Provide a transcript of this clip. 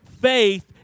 faith